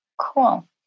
Cool